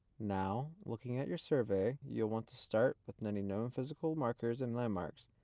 now looking at your survey, you will want to start with any known physical markers and landmarks.